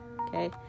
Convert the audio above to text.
okay